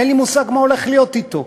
אין לי מושג מה הולך להיות אתו.